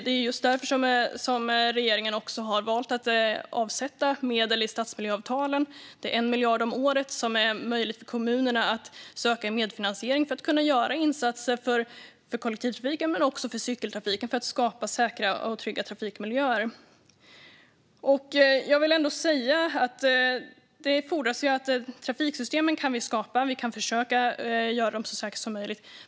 Det är just därför regeringen har valt att avsätta medel i stadsmiljöavtalen. Det är 1 miljard om året som kommunerna har möjlighet att söka i medfinansiering för att kunna göra insatser för kollektivtrafiken men också cykeltrafiken och skapa säkra och trygga trafikmiljöer. Vi kan skapa trafiksystem, och vi kan försöka göra dem så säkra som möjligt.